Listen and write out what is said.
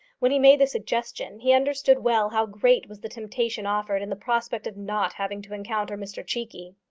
when he made the suggestion, he understood well how great was the temptation offered in the prospect of not having to encounter mr cheekey.